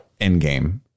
Endgame